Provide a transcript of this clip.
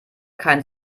kein